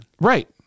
right